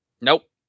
Nope